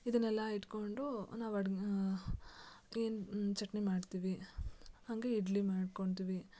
ಇದನ್ನೆಲ್ಲ ಇಟ್ಕೊಂಡು ನಾವು ಅಡ್ಗೆ ಏನು ಚಟ್ನಿ ಮಾಡ್ತೀವಿ ಹಾಗೆ ಇಡ್ಲಿ ಮಾಡ್ಕೊಳ್ತೀವಿ